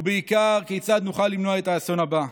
ובעיקר כיצד נוכל למנוע את האסון הבא,